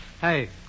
Hey